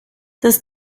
das